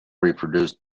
reproduced